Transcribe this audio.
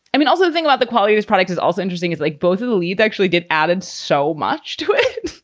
i mean, also think about the quality, whose product is also interesting is like both of the lead actually get added so much to it.